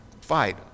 fight